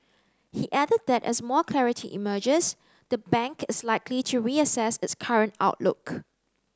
he added that as more clarity emerges the bank is likely to reassess its current outlook